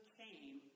came